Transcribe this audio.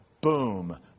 boom